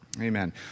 Amen